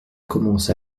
commence